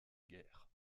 guerre